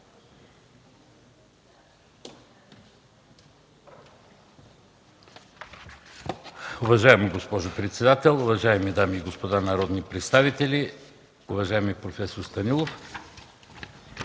Уважаема госпожо председател, уважаеми дами и господа народни представители, уважаеми проф. Станилов!